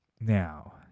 now